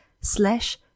slash